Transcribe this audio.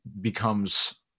becomes